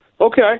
okay